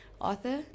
Arthur